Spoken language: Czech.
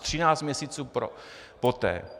Třináct měsíců poté.